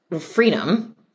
freedom